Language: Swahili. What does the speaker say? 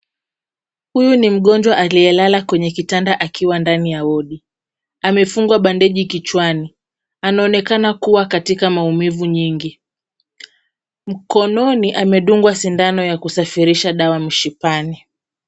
Huyu ni mgonjwa aliyelala kwenye kitanda akiwa ndani ya wodi, amefungwa bandeji kichwani, anaonekana kuwa katika maumivu nyingi, mkononi amedungwa sindano kusafirisha dawa mishipani.